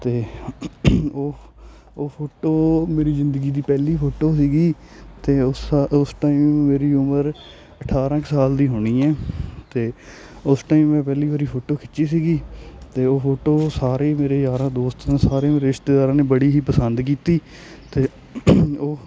ਅਤੇ ਉਹ ਉਹ ਫੋਟੋ ਮੇਰੀ ਜ਼ਿੰਦਗੀ ਦੀ ਪਹਿਲੀ ਫੋਟੋ ਸੀਗੀ ਅਤੇ ਉਸ ਉਸ ਟਾਈਮ ਮੇਰੀ ਉਮਰ ਅਠਾਰਾਂ ਕੁ ਸਾਲ ਦੀ ਹੋਣੀ ਹੈ ਅਤੇ ਉਸ ਟਾਈਮ ਮੈਂ ਪਹਿਲੀ ਵਾਰ ਫੋਟੋ ਖਿੱਚੀ ਸੀਗੀ ਅਤੇ ਉਹ ਫੋਟੋ ਸਾਰੇ ਮੇਰੇ ਯਾਰਾਂ ਦੋਸਤ ਨੂੰ ਸਾਰੇ ਮੇਰੇ ਰਿਸ਼ਤੇਦਾਰਾਂ ਨੇ ਬੜੀ ਹੀ ਪਸੰਦ ਕੀਤੀ ਅਤੇ ਉਹ